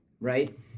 right